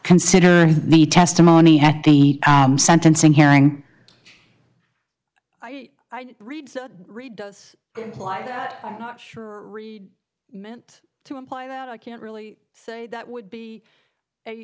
consider the testimony at the sentencing hearing i read read does not sure read meant to imply that i can't really say that would be a